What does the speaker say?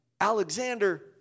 Alexander